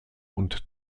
und